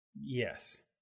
yes